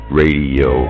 radio